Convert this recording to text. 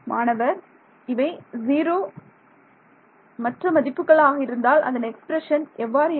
மாணவர் இவை 0 மற்ற மதிப்புகள் ஆக இருந்தால் அதன் எக்ஸ்பிரஷன் எவ்வாறு இருக்கும்